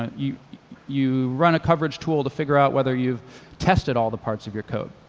and you you run a coverage tool to figure out whether you've tested all the parts of your code.